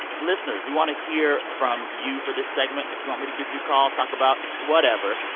listeners, we want to hear from you for this segment. if you want me to give you a call, talk about whatever,